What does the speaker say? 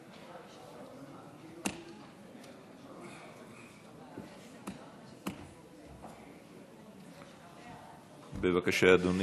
בבקשה, אדוני.